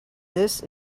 this